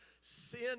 sin